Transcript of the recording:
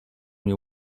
nie